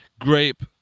Grape